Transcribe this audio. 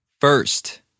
first